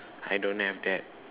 I don't have that